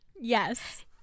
yes